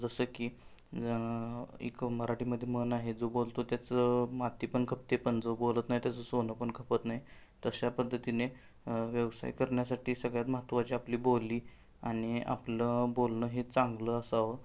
जसं की एक मराठीमध्ये म्हण आहे जो बोलतो त्याचं माती पण खपते पण जो बोलत नाही त्याचं सोनं पण खपत नाही तशा पद्धतीने व्यवसाय करण्यासाठी सगळ्यात महत्त्वाची आपली बोली आणि आपलं बोलणं हे चांगलं असावं